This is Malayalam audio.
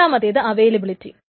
രണ്ടാമത്തേത് അവൈലബിലിറ്റി